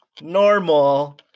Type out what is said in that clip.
normal